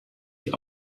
die